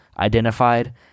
identified